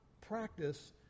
practice